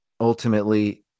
ultimately